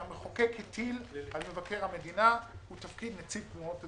שהמחוקק הטיל על מבקר המדינה הוא נציב תלונות הציבור.